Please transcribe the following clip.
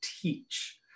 teach